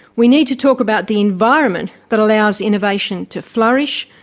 we need to talk about the environment that allows innovation to flourish,